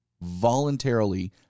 voluntarily